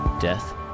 death